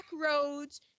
roads